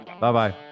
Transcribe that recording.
Bye-bye